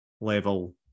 level